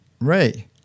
Ray